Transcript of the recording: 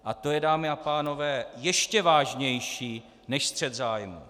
A to je, dámy a pánové, ještě vážnější než střet zájmů.